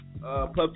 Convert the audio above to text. Pub